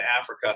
Africa